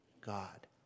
God